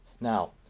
now